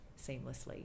seamlessly